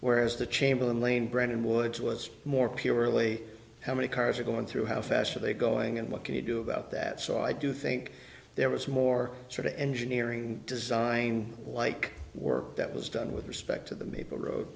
whereas the chamberlain lane bretton woods was more purely how many cars are going through how fast are they going and what can you do about that so i do think there was more sort of engineering design like work that was done with respect to the maple gro